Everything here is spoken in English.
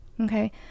Okay